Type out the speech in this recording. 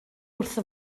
wrtho